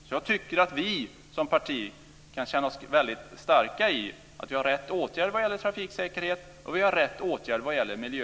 Vi tycker att vi som parti kan känna oss väldigt starka i att vidta rätt åtgärder vad gäller trafiksäkerhet och rätt åtgärder vad gäller miljö.